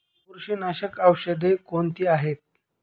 बुरशीनाशक औषधे कोणती आहेत?